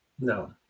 No